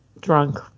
drunk